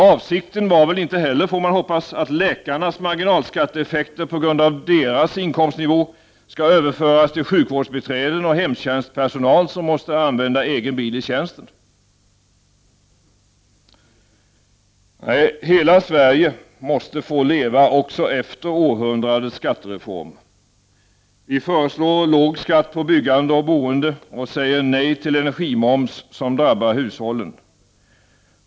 Avsikten var väl inte heller, får man hoppas, att läkarnas marginalskatteeffekter på grund av deras inkomstnivå skall överföras till sjukvårdsbiträden och hemtjänstpersonal som måste använda egen bil i tjänsten? Hela Sverige måste få leva — också efter ”århundradets skattereform”. Vi föreslår låg skatt på byggande och boende och säger nej till energimoms som drabbar hushållen.